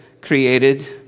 created